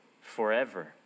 forever